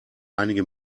einige